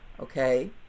okay